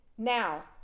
Now